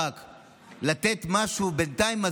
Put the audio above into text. לתת משהו בינתיים,